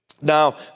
Now